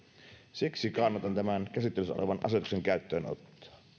siksi kannatan tämän käsittelyssä olevan asetuksen käyttöönottoa